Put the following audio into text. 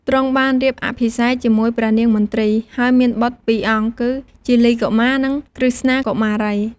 ទ្រង់បានរៀបអភិសេកជាមួយព្រះនាង មទ្រី ហើយមានបុត្រពីរអង្គគឺ ជាលីកុមារ និង ក្រឹស្នាកុមារី។